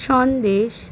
Sandesh